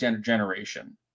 generation